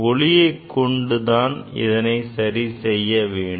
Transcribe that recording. ஒளியைக் கொண்டுதான் இதனை சரி செய்ய வேண்டும்